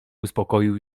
uspokoił